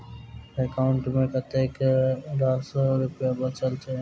account मे कतेक रास रुपया बचल एई